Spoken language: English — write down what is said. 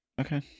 okay